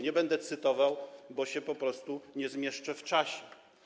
Nie będę cytował, bo się po prostu nie zmieszczę w czasie.